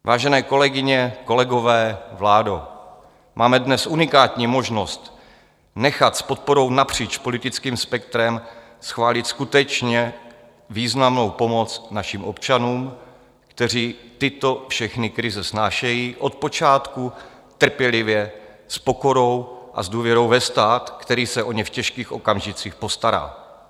Vážené kolegyně, kolegové, vládo, máme dnes unikátní možnost nechat s podporou napříč politickým spektrem schválit skutečně významnou pomoc našim občanům, kteří tyto všechny krize snášejí od počátku trpělivě, s pokorou a s důvěrou ve stát, který se o ně v těžkých okamžicích postará.